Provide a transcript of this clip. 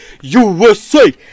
USA